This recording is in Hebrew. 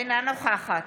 אינה נוכחת